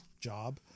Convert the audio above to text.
job